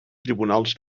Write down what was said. tribunals